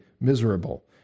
miserable